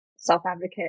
self-advocate